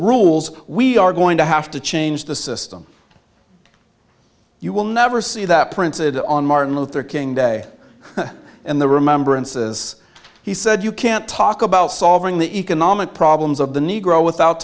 rules we are going to have to change the system you will never see that printed on martin luther king day and the remembrances he said you can't talk about solving the economic problems of the negro without